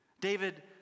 David